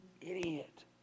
idiot